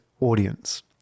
audience